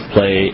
Play